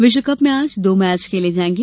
विश्वकप में आज दो मैच खेले जायेंगे